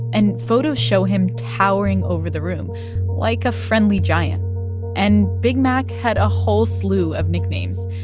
and photos show him towering over the room like a friendly giant and big mac had a whole slew of nicknames,